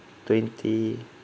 twenty